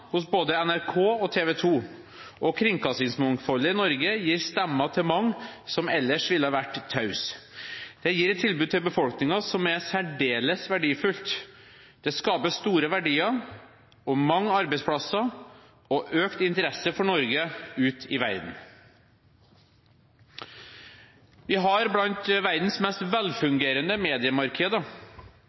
hos både NRK og TV 2, og kringkastingsmangfoldet i Norge gir stemmer til mange som ellers ville vært tause. Det gir et tilbud til befolkningen som er særdeles verdifullt. Det skapes store verdier, mange arbeidsplasser og økt interesse for Norge ute i verden. Vi har ett av verdens mest velfungerende